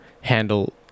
handle